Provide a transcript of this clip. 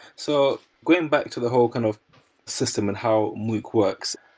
so going back to the whole kind of system and how mookh works.